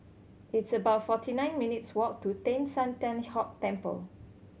it's about forty nine minutes' walk to Teng San Tian Hock Temple